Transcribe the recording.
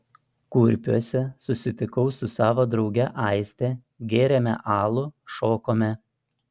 kurpiuose susitikau su savo drauge aiste gėrėme alų šokome